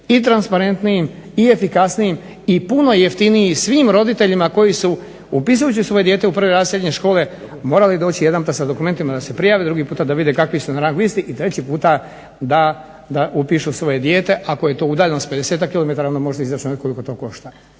i transparentnijim i efikasnijim i puno jefitnijim svim roditeljima koji su upisujući svoje dijete u prvi razred srednje škole morali doći jedanput sa dokumentima da se prijave, drugi puta da vide kakvi su na rang listi i treći puta da upišu svoje dijete. Ako je to udaljenost 50-ak km onda možete izračunati koliko to košta.